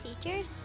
teachers